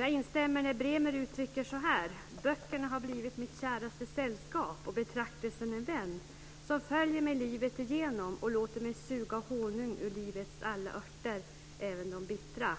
Jag instämmer med vad Bremer uttrycker så här: "Böckerna har blivit mitt käraste sällskap och betraktelsen en vän, som följer mig livet igenom och låter mig suga honung ur livets alla örter, även de bittra".